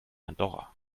andorra